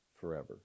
forever